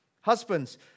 Husbands